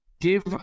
give